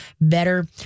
better